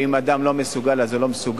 ואם אדם לא מסוגל אז הוא לא מסוגל,